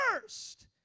first